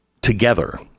together